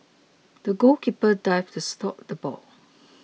the goalkeeper dived to stop the ball